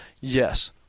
yes